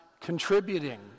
contributing